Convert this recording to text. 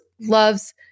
loves